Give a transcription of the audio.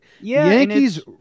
Yankees